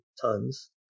tons